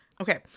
Okay